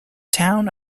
town